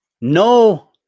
No